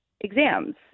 exams